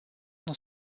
dans